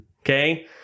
okay